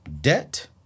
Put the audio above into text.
Debt